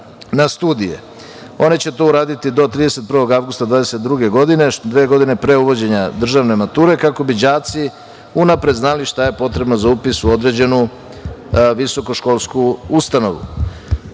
na studije. One će to uraditi do 31. avgusta 2022. godine, dve godine pre uvođenja državne mature kako bi đaci unapred znali šta je potrebno za upis u određenu visokoškolsku ustanovu. Važno